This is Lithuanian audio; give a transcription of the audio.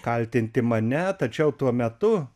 kaltinti mane tačiau tuo metu